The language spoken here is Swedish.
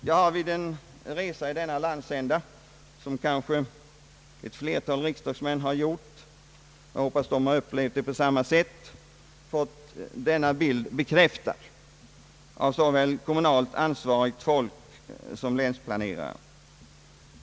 Jag har vid en resa i denna landsända — en sådan har kanske också andra riksdagsmän gjort och har, som jag hoppas, upplevt det på samma sätt — fått denna mörka bild bekräftad såväl av kommunalt ansvarigt folk som av länsplanerare.